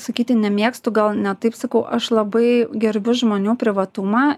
sakyti nemėgstu gal ne taip sakau aš labai gerbiu žmonių privatumą